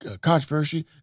controversy